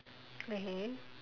okay